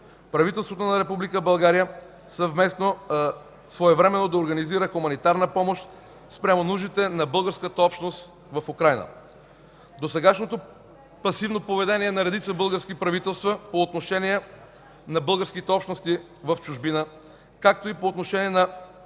Правителството на Република България своевременно да организира хуманитарна помощ спрямо нуждите на българската общност в Украйна. Досегашното пасивно поведение на редица български правителства по отношение на българските общности в чужбина, както и по отношение на